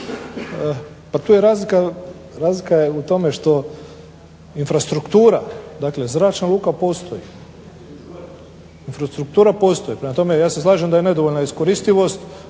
Pa razlika je u tome što infrastruktura, dakle zračna luka postoji, infrastruktura postoji prema tome ja se slažem da je nedovoljna iskoristivost.